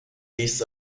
this